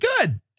Good